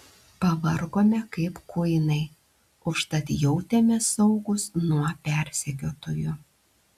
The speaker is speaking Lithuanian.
pavargome kaip kuinai užtat jautėmės saugūs nuo persekiotojų